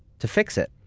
to fix it,